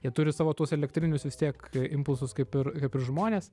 jie turi savo tuos elektrinius vis tiek impulsus kaip ir žmonės